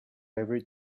every